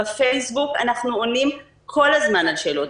בפייסבוק אנחנו עונים כל הזמן על שאלות.